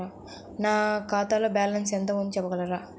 నా ఖాతాలో బ్యాలన్స్ ఎంత ఉంది చెప్పగలరా?